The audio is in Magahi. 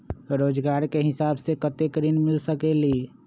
रोजगार के हिसाब से कतेक ऋण मिल सकेलि?